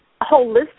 holistic